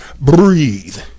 breathe